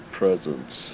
presence